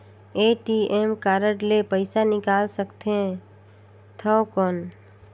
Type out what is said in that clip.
ATM card ले पइसा निकाल सकथे थव कौन?